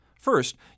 First